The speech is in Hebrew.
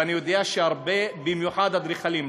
ואני יודע שבמיוחד הרבה אדריכלים,